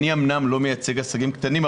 אני אומנם לא מייצג עסקים קטנים,